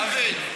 דוד, די.